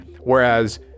whereas